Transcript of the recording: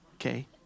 okay